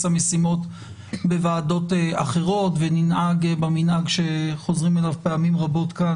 המשימות בוועדות אחרות וננהג במנהג שחוזרים אליו פעמים רבות כאן